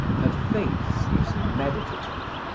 her face is meditative,